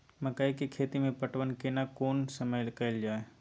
मकई के खेती मे पटवन केना कोन समय कैल जाय?